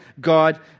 God